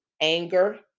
anger